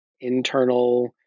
internal